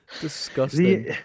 Disgusting